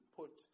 put